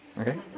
Okay